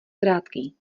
krátký